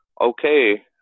okay